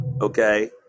okay